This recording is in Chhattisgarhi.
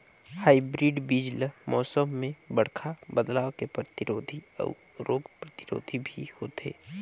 हाइब्रिड बीज ल मौसम में बड़खा बदलाव के प्रतिरोधी अऊ रोग प्रतिरोधी भी होथे